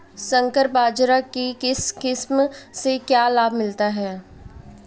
संकर बाजरा की किस्म से क्या लाभ मिलता है?